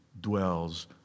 dwells